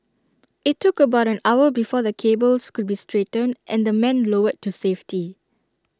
IT took about an hour before the cables could be straightened and the men lowered to safety